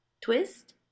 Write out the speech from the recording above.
twist